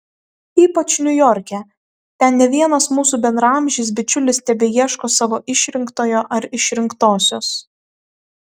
ypač niujorke ten ne vienas mūsų bendraamžis bičiulis tebeieško savo išrinktojo ar išrinktosios